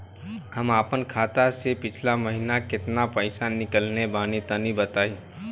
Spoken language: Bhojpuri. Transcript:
हम आपन खाता से पिछला महीना केतना पईसा निकलने बानि तनि बताईं?